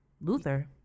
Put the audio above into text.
Luther